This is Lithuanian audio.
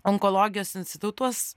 onkologijos institutuos